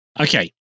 Okay